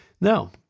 Now